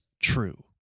true